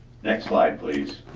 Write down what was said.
next slide, please.